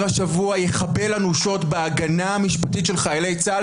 השבוע יחבל אנושות בהגנה משפטית של חיילי צה"ל,